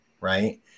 right